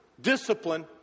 Discipline